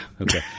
okay